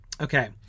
Okay